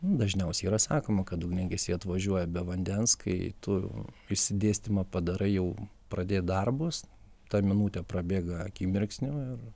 dažniausiai yra sakoma kad ugniagesiai atvažiuoja be vandens kai tu išsidėstymą padarai jau pradėt darbus ta minutė prabėga akimirksniu ir